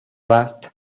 blast